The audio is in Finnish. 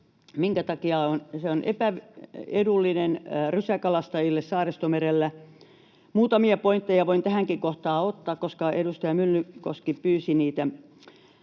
minkä takia se on epäedullinen rysäkalastajille Saaristomerellä. Muutamia pointteja voin tähänkin kohtaan ottaa, koska edustaja Myllykoski pyysi niitä.